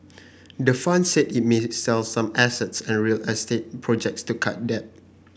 the fund said it may sell some assets and real estate projects to cut debt